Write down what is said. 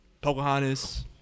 Pocahontas